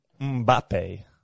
Mbappe